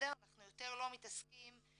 אנחנו יותר לא מתעסקים,